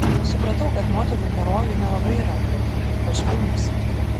supratau kad moterų herojų nelabai yra ypač filmuose